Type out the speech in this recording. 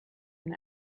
and